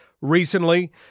recently